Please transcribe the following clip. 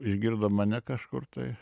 išgirdo mane kažkur tai